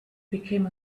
became